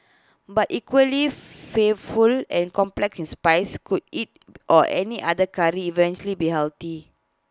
but equally fear full and complex in spice could IT or any other Curry eventually be healthy